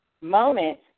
moment